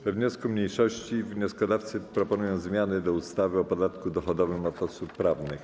We wniosku mniejszości wnioskodawca proponuje zmiany do ustawy o podatku dochodowym od osób prawnych.